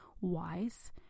wise